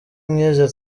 nkizi